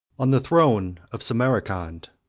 on the throne of samarcand,